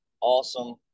awesome